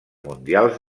mundials